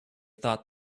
thought